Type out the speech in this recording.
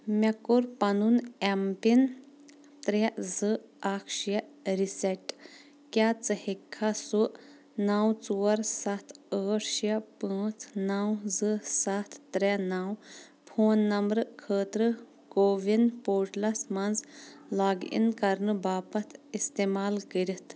مےٚ کوٚر پَنُن ایٚم پِن ترٛےٚ زٕ اکھ شےٚ رسیٚٹ کیٛاہ ژٕ ہیٚکہِ کھا سُہ نَو ژور سَتھ ٲٹھ شےٚ پانٛژھ نَو زٕ سَتھ ترٛےٚ نَو فون نمبرٕ خٲطرٕ کوٚوِن پورٹلَس مَنٛز لاگ اِن کرنہٕ باپتھ استعمال کٔرِتھ